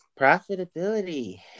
Profitability